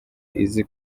izi